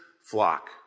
flock